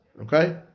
Okay